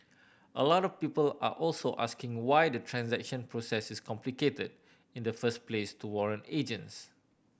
a lot of people are also asking why the transaction process is complicated in the first place to warrant agents